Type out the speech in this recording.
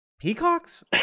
Peacocks